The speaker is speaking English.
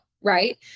right